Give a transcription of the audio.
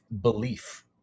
belief